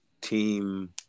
team